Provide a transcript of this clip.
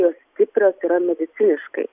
jos stiprios yra mediciniškai